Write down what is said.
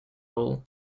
rule